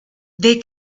they